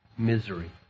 Misery